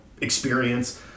experience